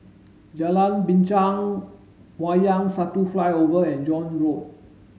Jalan Binchang Wayang Satu Flyover and John Road